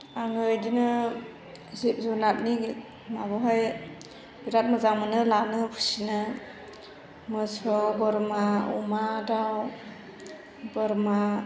आङो बेदिनो जिब जुनारनि माबायावहाय बिराद मोजां मोनो लानो फिसिनो मोसौ बोरमा अमा दाउ बोरमा